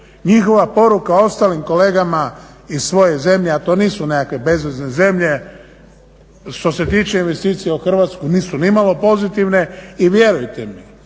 Njihova poruka ostalim kolegama iz svoje zemlje, a to nisu nekakve bezvezne zemlje što se tiče investicija u Hrvatsku nisu ni malo pozitivne. I vjerujte mi,